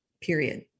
period